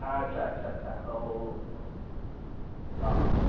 ᱟᱪᱪᱷᱟ ᱟᱪᱪᱷᱟ ᱟᱪᱪᱷᱟ ᱦᱳ ᱦᱳ ᱦᱮᱸ